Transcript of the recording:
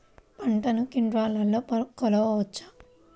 పంటను క్వింటాల్లలో కొలవచ్చా?